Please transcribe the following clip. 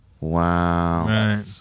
Wow